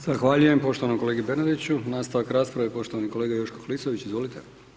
Zahvaljujem poštovanom kolegi Bernardiću, nastavak rasprave, poštovani kolega Joško Klisović, izvolite.